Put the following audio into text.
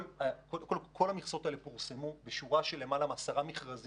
כל המכסות האלה פורסמו בשורה של יותר מעשרה מכרזים